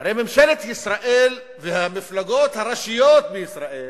הרי ממשלת ישראל והמפלגות הראשיות בישראל